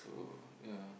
so yeah